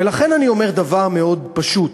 ולכן אני אומר דבר מאוד פשוט: